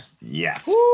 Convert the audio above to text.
Yes